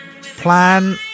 plan